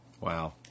Wow